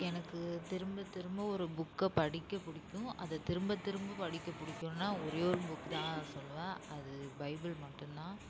எனக்கு திரும்ப திரும்ப ஒரு புக்கை படிக்க பிடிக்கும் அது திரும்ப திரும்ப படிக்க பிடிக்குன்னா ஒரே ஒரு புக்கு தான் சொல்லுவேன் அது பைபிள் மட்டும்தான்